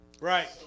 Right